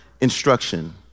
instruction